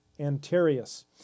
Antarius